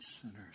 sinners